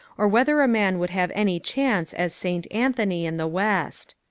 or whether a man would have any chance as st. anthony in the west.